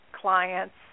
clients